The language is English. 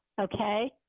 okay